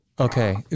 Okay